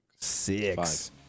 Six